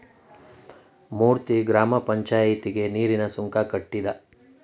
ಮೂರ್ತಿ ಗ್ರಾಮ ಪಂಚಾಯಿತಿಗೆ ನೀರಿನ ಸುಂಕ ಕಟ್ಟಿದ